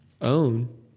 own